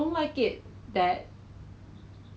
like 十五到二十多块 for one